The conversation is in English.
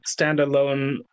standalone